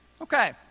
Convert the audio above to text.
Okay